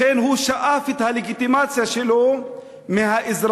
לכן הוא שאב את הלגיטימציה שלו מהאזרחות